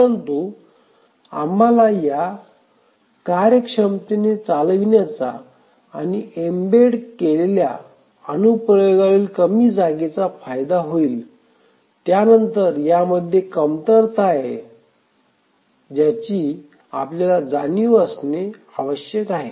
परंतु आम्हाला या कार्यक्षमतेने चालविण्याचा आणि एम्बेड केलेल्या अनु प्रयोगावरील कमी जागेचा फायदा होईल त्यानंतर यामध्ये कमतरता आहे ज्याची आपल्याला जाणीव असणे आवश्यक आहे